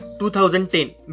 2010